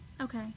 okay